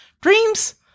Dreams